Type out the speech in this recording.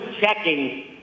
checking